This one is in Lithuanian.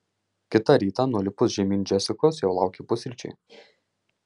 kitą rytą nulipus žemyn džesikos jau laukė pusryčiai